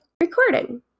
Recording